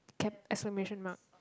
cap exclamation mark